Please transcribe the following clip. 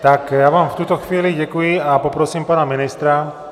Tak já vám v tuto chvíli děkuji a poprosím pana ministra.